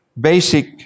basic